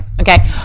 okay